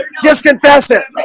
just confess it